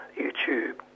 YouTube